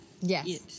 Yes